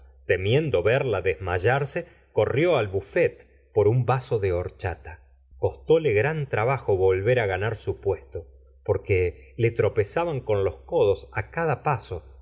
temiendo verla desmayarse corrió a l bu ett por un vaso de horchata costóle gran trabajo volver á ganar su puesto porque le tropezaban con los codos á cada paso